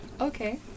Okay